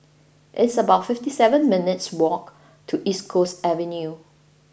it's about fifty seven minutes' walk to East Coast Avenue